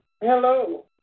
Hello